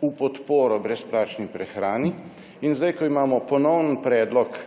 v podporo brezplačni prehrani in zdaj, ko imamo pred nami ponovno predlog